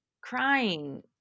crying